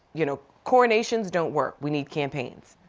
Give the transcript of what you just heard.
you know, coronations don't work. we need campaigns.